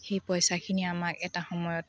সেই পইচাখিনি আমাক এটা সময়ত